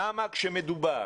למה כאשר מדובר